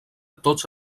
tots